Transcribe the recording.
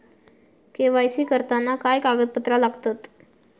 KYC करताना काय कागदपत्रा लागतत?